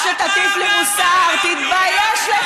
סגן השר נהרי, אני מבקש.